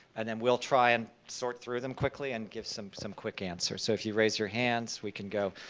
and then we'll try to and sort through them quickly and give some some quick answers, so if you raise your hands we can go.